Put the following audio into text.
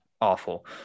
awful